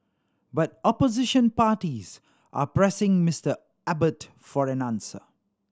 but opposition parties are pressing Mister Abbott for an answer